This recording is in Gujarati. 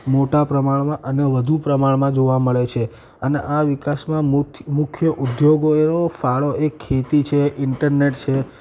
મોટા પ્રમાણમાં અને વધુ પ્રમાણમાં જોવા મળે છે અને આ વિકાસમાં મુખ્ મુખ્ય ઉદ્યોગો ફાળો એક ખેતી છે ઈન્ટરનેટ છે